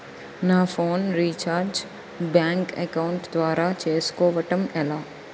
నా phone recharge bank account ద్వారా చేసుకోవటం ఎలా?